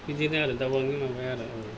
बिदिनो आरो दावांनि माबाया आरो